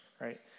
right